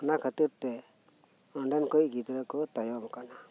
ᱚᱱᱟ ᱠᱷᱟᱹᱛᱤᱨ ᱛᱮ ᱚᱸᱰᱮᱱ ᱠᱚ ᱜᱤᱫᱽᱨᱟᱹ ᱠᱚ ᱛᱟᱭᱚᱢᱟᱠᱟᱱᱟ